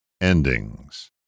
endings